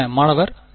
மாணவர் 0